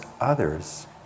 others